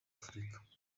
afurika